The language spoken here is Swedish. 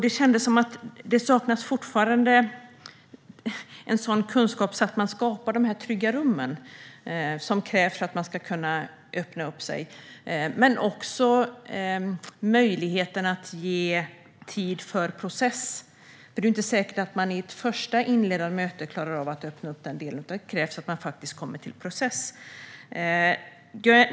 Det känns som om det fortfarande saknas den kunskap som behövs för att skapa de trygga rum som krävs för att man ska kunna öppna upp sig men också möjligheten att ge tid för processen. Det är ju inte säkert att man i ett första inledande möte klarar av att öppna upp den delen, utan det krävs att man faktiskt kommer till en process.